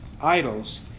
idols